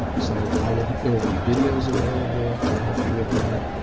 so i will, there will be videos available to help you with that.